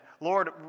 Lord